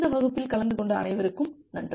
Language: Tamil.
இந்த வகுப்பில் கலந்து கொண்ட அனைவருக்கும் நன்றி